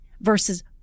versus